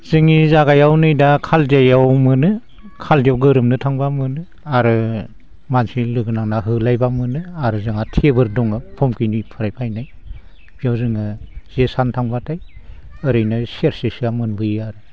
जोंनि जागायाव नै दा खाल दैयाव मोनो खाल दैयाव गोरोमनो थांब्ला मोनो आरो मानसि लोगो नांना होलायब्ला मोनो आरो जोंहा थेबोर दङो भुमखिनिफोराय फायनाय बेयाव जोङो जे सारनो थांब्लाथाय ओरैनो सेरसेसोआ मोनबोयो आरो